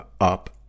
up